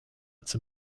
its